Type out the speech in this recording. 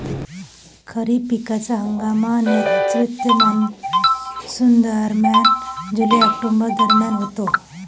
खरीप पिकांचा हंगाम नैऋत्य मॉन्सूनदरम्यान जुलै ऑक्टोबर दरम्यान होतो